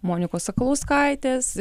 monikos sakalauskaitės